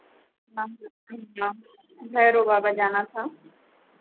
मंदिर हाँ जाना भैरो बाबा जाना था